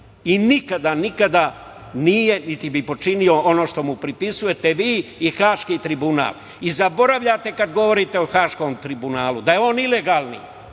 heroja i nikada nije, niti bi, počinio ono što mu pripisujete vi i Haški tribunal. Zaboravljate kada govorite o Haškom tribunalu da je on ilegalni,